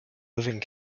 living